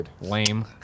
lame